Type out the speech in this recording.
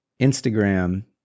Instagram